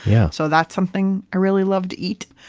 yeah so that's something i really love to eat.